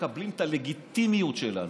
הבעיה שלכם היא שאתם לא מקבלים את הלגיטימיות שלנו,